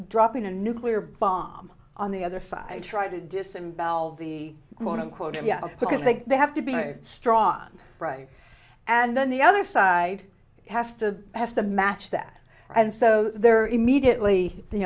dropping a nuclear bomb on the other side trying to descend bell the quote unquote because they they have to be strong right and then the other side has to has to match that and so they're immediately you